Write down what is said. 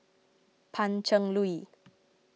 Pan Cheng Lui